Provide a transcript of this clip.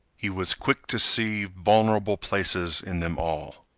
he was quick to see vulnerable places in them all.